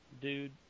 Dude